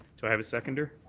do i have a seconder?